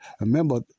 Remember